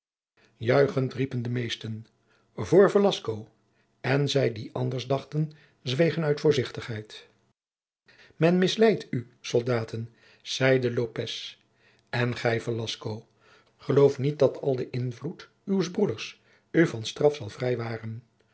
riepen de meesten voor velasco en zij die anders dachten zwegen uit voorzichtigheid men misleidt u soldaten zeide lopez en gij velasco geloof niet dat al de invloed uws broeders u van straf zal vrijwaren